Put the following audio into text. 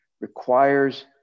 requires